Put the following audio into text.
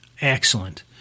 Excellent